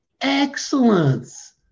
excellence